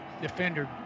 defender